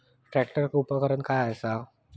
Tractor उपकरण काय असा?